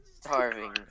starving